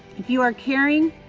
if you are caring,